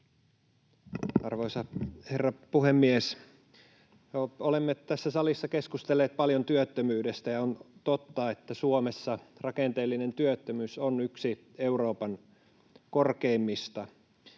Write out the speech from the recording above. Arvoisa herra puhemies! Olemme tässä salissa keskustelleet paljon työttömyydestä, ja on totta, että Suomessa rakenteellinen työttömyys on yksi Euroopan korkeimmista.